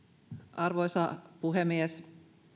arvoisa puhemies